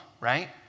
right